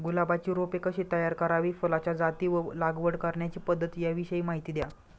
गुलाबाची रोपे कशी तयार करावी? फुलाच्या जाती व लागवड करण्याची पद्धत याविषयी माहिती द्या